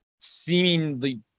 seemingly